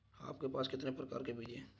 आपके पास कितने प्रकार के बीज हैं?